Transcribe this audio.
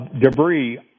debris